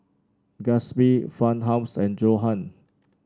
Gatsby Farmhouse and Johan